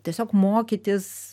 tiesiog mokytis